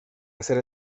hacer